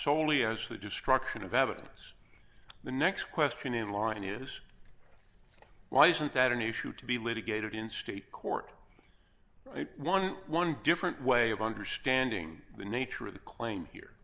solely as the destruction of evidence the next question in line is why isn't that an issue to be litigated in state court eleven different way of understanding the nature of the claim here